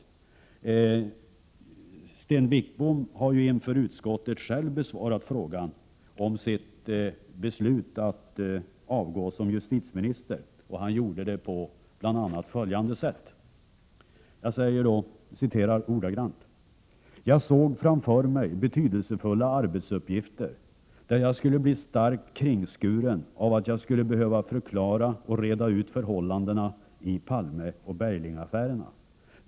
Men Sten Wickbom har ju själv inför utskottet som svar på frågan om sitt beslut att avgå som justitieminister uttryckt sig på bl.a. följande sätt. ”Jag såg framför mig betydelsefulla arbetsuppgifter där jag skulle bli starkt kringskuren av att jag skulle behöva förklara och reda ut förhållandena i Palmeoch Berglingaffärerna.